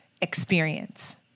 experience